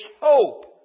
hope